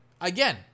Again